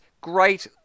great